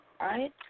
right